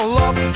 love